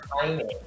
timing